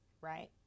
right